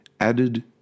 Added